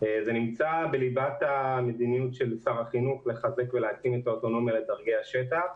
זה נמצא בליבת המדיניות של שר החינוך לחזק את האוטונומיה בדרגי השטח.